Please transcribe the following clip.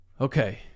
Okay